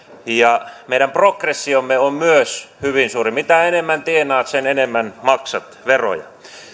ja myös meidän progressiomme on hyvin suuri mitä enemmän tienaat sen enemmän maksat veroja